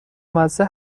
مزه